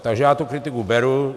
Takže já tu kritiku beru.